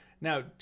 now